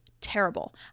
terrible